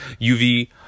UV